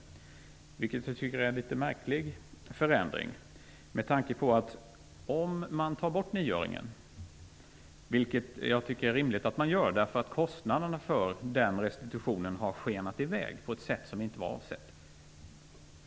Det tycker jag är en litet märklig förändring. Det är rimligt att ta bort nioöringen, eftersom kostnaderna för den restitutionen har skenat iväg på ett sätt som inte var avsett.